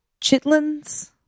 chitlins